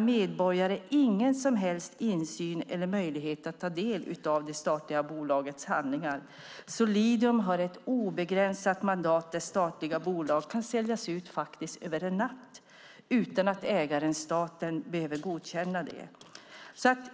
Medborgare har ingen som helst insyn eller möjlighet att ta del av det statliga bolagets handlingar. Solidium har ett obegränsat mandat där statliga bolag kan säljas ut över en natt utan att ägaren, staten, behöver godkänna det.